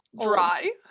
Dry